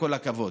וכל הכבוד.